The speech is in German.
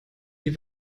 die